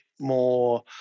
more